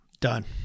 Done